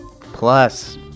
Plus